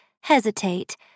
hesitate